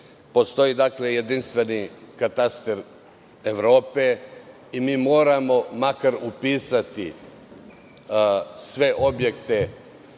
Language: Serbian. Postoji jedinstveni kataster Evrope i moramo makar upisati sve objekte